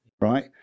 right